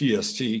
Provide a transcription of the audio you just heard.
TST